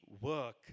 work